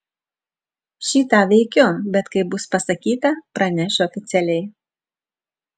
šį tą veikiu bet kai bus pasakyta pranešiu oficialiai